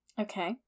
Okay